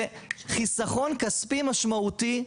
זה חיסכון כספי משמעותי,